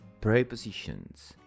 prepositions